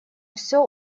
всё